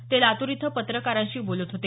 ते लातूर इथं पत्रकारांशी बोलत होते